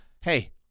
hey